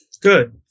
Good